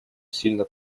сильно